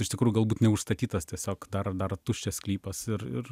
iš tikrų galbūt neužstatytas tiesiog dar dar tuščias sklypas ir ir